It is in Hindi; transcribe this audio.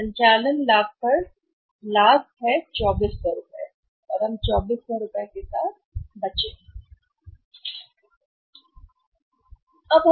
संचालन लाभ संचालन कर रहा है लाभ 2400 है हम 2400 रुपये के साथ बचे हैं